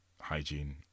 hygiene